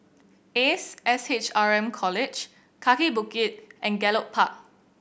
Ace S H R M College Kaki Bukit and Gallop Park